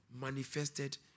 manifested